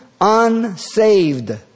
unsaved